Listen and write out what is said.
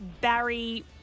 Barry